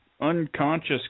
unconscious